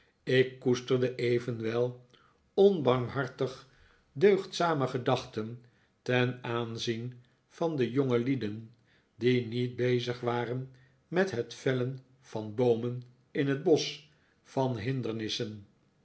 ik koesterde evenwel onbarmhartig deugdzame gedachten ten aanzien van jongelieden die niet bezig waren met het vellen van boomen in het bosch van hindernissen